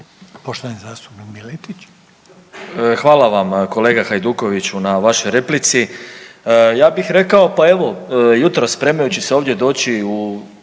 Poštovani zastupnik Miletić.